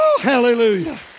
Hallelujah